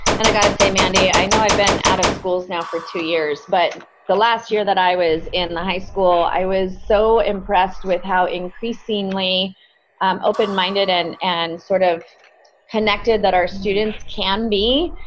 and i gotta say and i know i've been out of schools now for two years, but the last year that i was in the high school, i was so impressed with how increasingly um open-minded and and sort of connected that our students can be,